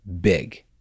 big